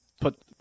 put